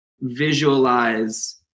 visualize